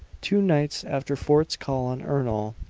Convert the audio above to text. two nights after fort's call on ernol,